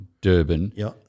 Durban